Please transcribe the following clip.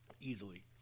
Easily